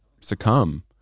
succumb